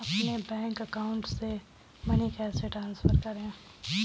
अपने bank account से money कैसे ट्रांसफर करें?